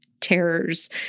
terrors